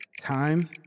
Time